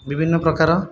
ବିଭିନ୍ନ ପ୍ରକାର